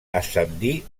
ascendí